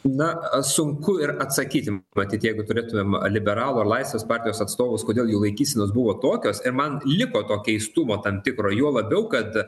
na sunku ir atsakyti matyt jeigu turėtumėm liberalų ar laisvės partijos atstovus kodėl jų laikysenos buvo tokios ir man liko to keistumo tam tikro juo labiau kad